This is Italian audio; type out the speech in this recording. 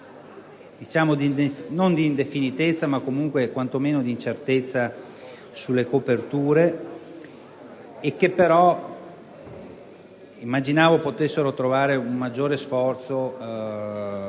non di indefinitezza ma comunque quantomeno di incertezza sulle coperture. Immaginavo si potesse fare un maggiore sforzo